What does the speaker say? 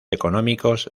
económicos